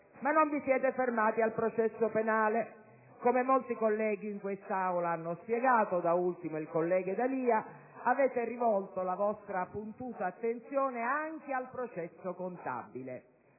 Ma non vi siete fermati al processo penale. Come molti colleghi in quest'Aula hanno spiegato (da ultimo il collega D'Alia), avete rivolto la vostra puntuta attenzione anche al processo contabile.